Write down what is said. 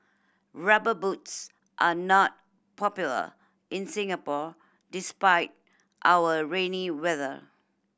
Rubber Boots are not popular in Singapore despite our rainy weather